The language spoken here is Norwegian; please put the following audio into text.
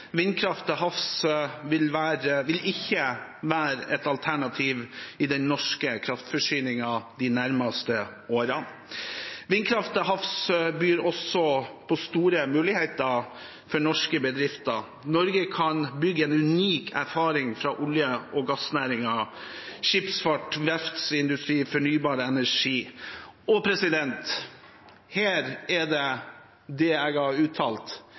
Vindkraft til havs vil ikke være et alternativ i den norske kraftforsyningen de nærmeste årene. Vindkraft til havs byr også på store muligheter for norske bedrifter. Norge kan bygge en unik erfaring fra olje- og gassnæringen, skipsfarten, verftsindustrien og fornybar energi. Og her er det det jeg har uttalt: